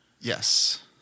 Yes